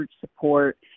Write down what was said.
support